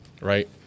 Right